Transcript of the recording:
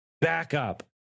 backup